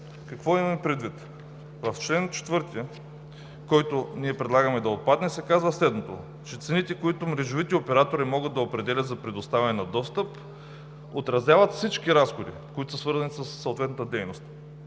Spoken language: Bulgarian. Какво имаме предвид? В чл. 4, който предлагаме да отпадне, се казва следното: че цените, които мрежовите оператори могат да определят за предоставяне на достъп, отразяват всички разходи, които са свързани със съответната дейност.